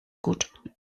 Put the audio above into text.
gut